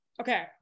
Okay